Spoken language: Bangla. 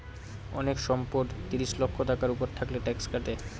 অনেক সম্পদ ত্রিশ লক্ষ টাকার উপর থাকলে ট্যাক্স কাটে